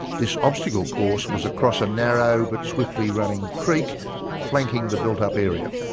this obstacle course was across a narrow but swiftly running creek flanking the built up area.